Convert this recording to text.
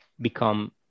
become